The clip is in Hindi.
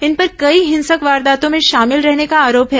इन पर कई हिंसक वारदातों में शामिल रहने का आरोप है